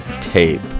tape